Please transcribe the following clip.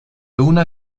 una